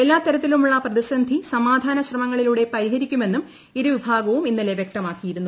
എല്ലാത്തരത്തിലുമുള്ള പ്രതിസന്ധി സമാധാന ശ്രമങ്ങളിലൂടെ പരിഹരിക്കുമെന്നും ഇരുവിഭാഗവും ഇന്നലെ വ്യക്തമാക്കിയിരുന്നു